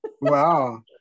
Wow